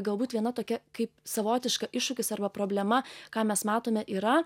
galbūt viena tokia kaip savotiška iššūkis arba problema ką mes matome yra